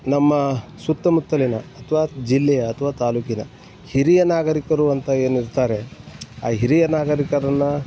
ನಮ್ಮ ಸುತ್ತಮುತ್ತಲಿನ ಅಥವಾ ಜಿಲ್ಲೆಯ ಅಥ್ವಾ ತಾಲ್ಲೂಕಿನ ಹಿರಿಯ ನಾಗರಿಕರು ಅಂತ ಏನಿರ್ತಾರೆ ಆ ಹಿರಿಯ ನಾಗರಿಕರನ್ನು